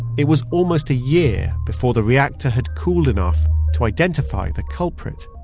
it was almost a year before the reactor had cooled enough to identify the culprit.